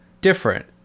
different